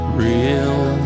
real